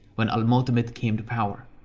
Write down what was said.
when al-mu'tamid came to power.